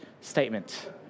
statement